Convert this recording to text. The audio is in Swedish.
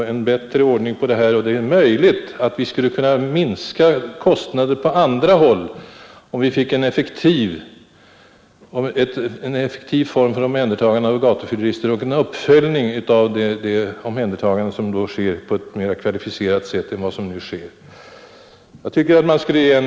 Det är för övrigt kostnader, om man skall möjligt att kostnaderna på längre sikt skulle kunna minska på andra håll, t.ex. inom sjukvård och kriminalvård, om vi fick en effektiv form för omhändertagande av gatufyllerister och en uppföljning av omhändertagandet på ett annat och mera kvalificerat sätt än vad som nu sker.